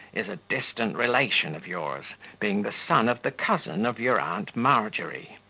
is a distant relation of yours, being the son of the cousin of your aunt margery,